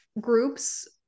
groups